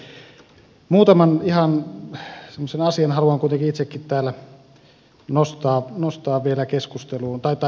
muutaman asian haluan kuitenkin itsekin täällä tuoda vielä esille